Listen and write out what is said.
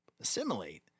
assimilate